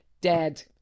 dead